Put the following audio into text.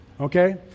Okay